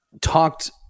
talked